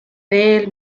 veel